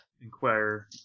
Inquire